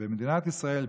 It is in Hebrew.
במדינת ישראל,